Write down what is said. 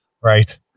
Right